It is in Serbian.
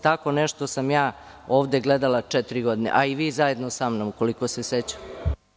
Tako nešto sam ja ovde gledala četiri godine, a i vi zajedno sa mnom, koliko se sećam.